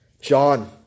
John